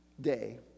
day